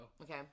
Okay